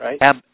right